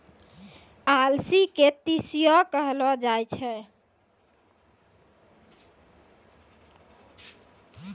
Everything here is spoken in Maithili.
अलसी के तीसियो कहलो जाय छै